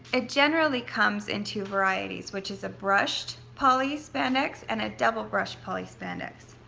it generally comes in two varieties, which is a brushed poly spandex, and a double brushed poly spandex.